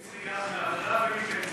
זה גם, לא.